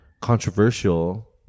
controversial